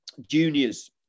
juniors